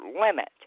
limit